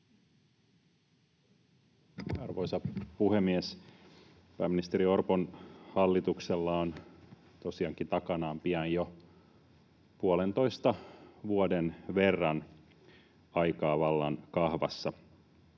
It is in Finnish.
Arvoisa puhemies! Pääministeri Orpon hallituksella on tosiaankin takanaan pian jo puolentoista vuoden verran aikaa vallan kahvassa.